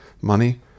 money